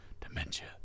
Dementia